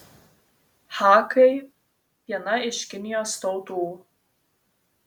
hakai viena iš kinijos tautų